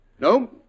No